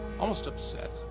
almost upset.